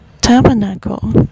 tabernacle